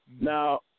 Now